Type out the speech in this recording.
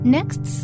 Next